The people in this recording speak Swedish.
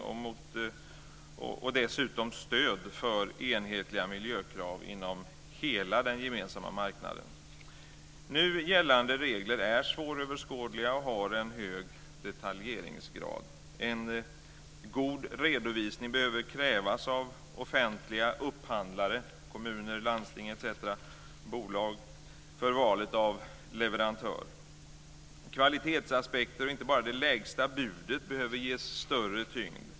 Det ska dessutom finnas ett stöd för enhetliga miljökrav inom hela den gemensamma marknaden. Nu gällande regler är svåröverskådliga och har en hög detaljeringsgrad. En god redovisning måste krävas av offentliga upphandlare - kommuner, landsting, bolag etc. - för valet av leverantör. Kvalitetsaspekter, och inte bara det lägsta budet, bör ges större tyngd.